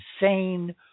insane